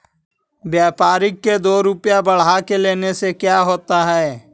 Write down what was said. व्यापारिक के दो रूपया बढ़ा के लेने से का होता है?